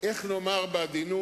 תבין את